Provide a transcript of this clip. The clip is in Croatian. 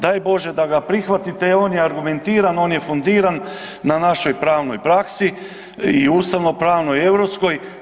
Daj Bože da ga prihvatite jer on je argumentiran, on je fundiran na našoj pravnoj praksi i ustavno-pravnoj i europskoj.